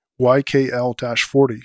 YKL-40